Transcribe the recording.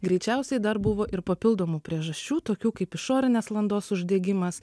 greičiausiai dar buvo ir papildomų priežasčių tokių kaip išorinės landos uždegimas